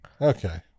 okay